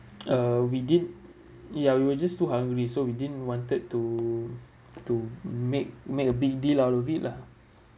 uh we did ya we were just too hungry so we didn't wanted to to make make a big deal out of it lah